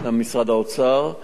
של משרד האוצר.